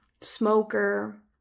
smoker